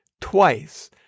twice